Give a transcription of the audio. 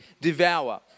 devour